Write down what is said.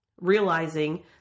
realizing